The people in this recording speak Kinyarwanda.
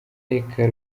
reka